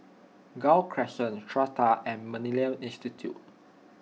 Gul Crescent Strata and Millennia Institute